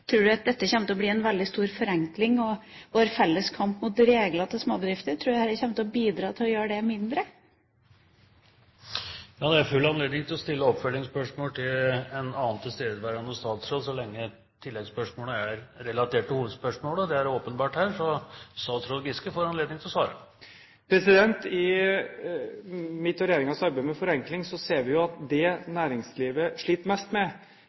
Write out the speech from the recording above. at dette kommer til å bli en veldig stor forenkling, og når det gjelder vår felles kamp mot regler overfor småbedrifter, tror han at det bidrar til å gjøre byråkratiet mindre? Det er full anledning til å stille oppfølgingsspørsmål til en annen tilstedeværende statsråd, så lenge oppfølgingsspørsmålet er relatert til hovedspørsmålet. Det er åpenbart tilfellet her, så statsråd Trond Giske får anledning til å svare. I mitt og regjeringens arbeid for forenkling ser vi at næringslivet sliter mest